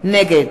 נגד